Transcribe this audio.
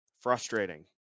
frustrating